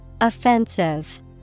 Offensive